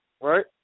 Right